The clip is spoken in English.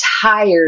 tired